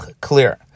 clear